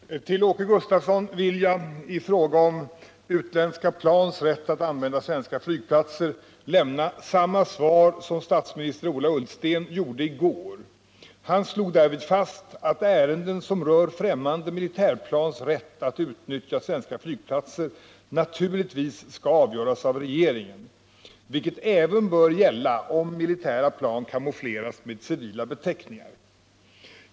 Herr talman! Till Åke Gustavsson vill jag i fråga om utländska plans rätt att använda svenska flygplatser lämna samma svar som statsministern Ola Ullsten gav i går. Han slog därvid fast att ärenden som rör främmande militärplans rätt att utnyttja svenska flygplatser naturligtvis skall avgöras av regeringen, vilket även bör gälla om militära plan camoufleras med civila beteckningar.